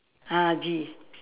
ah G